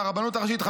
ברבנות הראשית,